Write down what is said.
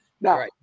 Now